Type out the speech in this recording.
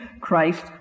Christ